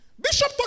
Bishop